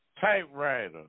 typewriter